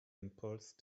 impulse